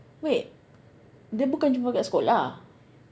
wait dia bukan jumpa kat sekolah